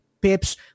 pips